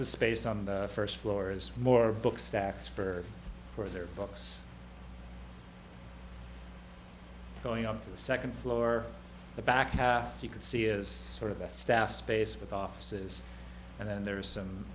the space on the first floor is more books stacks for for their books going on to the second floor the back half you can see is sort of a staff space with offices and then there's some